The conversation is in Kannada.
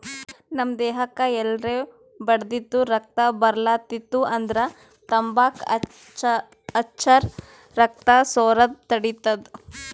ನಮ್ ದೇಹಕ್ಕ್ ಎಲ್ರೆ ಬಡ್ದಿತ್ತು ರಕ್ತಾ ಬರ್ಲಾತಿತ್ತು ಅಂದ್ರ ತಂಬಾಕ್ ಹಚ್ಚರ್ ರಕ್ತಾ ಸೋರದ್ ತಡಿತದ್